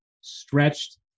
stretched